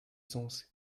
sens